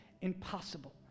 impossible